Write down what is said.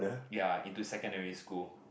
ya into secondary school